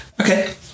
Okay